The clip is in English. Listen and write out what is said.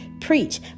preach